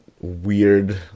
weird